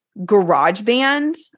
GarageBand